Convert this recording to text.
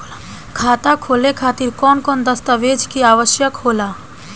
खाता खोले खातिर कौन कौन दस्तावेज के आवश्यक होला?